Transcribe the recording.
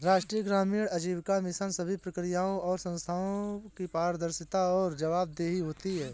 राष्ट्रीय ग्रामीण आजीविका मिशन सभी प्रक्रियाओं और संस्थानों की पारदर्शिता और जवाबदेही होती है